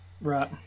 Right